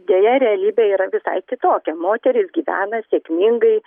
deja realybė yra visai kitokia moteris gyvena sėkmingai